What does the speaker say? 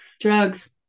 drugs